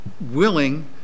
willing